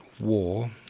war